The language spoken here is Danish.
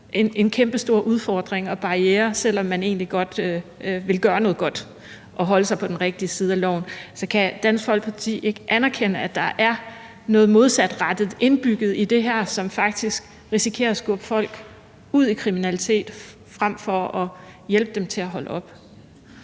en kæmpestor udfordring og barriere, selv om man egentlig godt vil gøre noget godt og holde sig på den rigtige side af loven. Så kan Dansk Folkeparti ikke anerkende, at der er noget modsatrettet indbygget i det her, som faktisk risikerer at skubbe folk ud i kriminalitet frem for at hjælpe dem til at holde op?